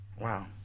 Wow